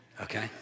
okay